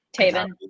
Taven